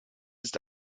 ist